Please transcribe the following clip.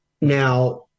now